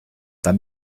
там